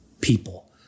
people